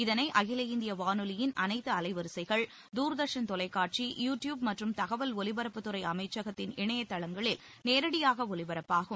இதனை அகில இந்திய வானொலியின் அனைத்து அலைவரிசைகள் தூர்தர்ஷன் தொலைக்காட்சி யூ டியூப் மற்றும் தகவல் ஒலிபரப்புத்துறை அமைச்சகத்தின் இணைய தளங்களில் நேரடியாக ஒலிபரப்பாகும்